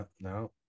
no